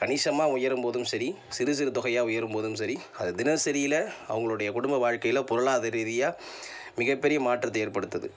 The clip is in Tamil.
கணிசமாக உயரும்போதும் சரி சிறு சிறு தொகையாக உயரும்போதும் சரி அது தினசரியில் அவங்களுடைய குடும்ப வாழ்க்கையில் பொருளாதார ரீதியாக மிகப்பெரிய மாற்றத்தை ஏற்படுத்துது